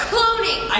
Cloning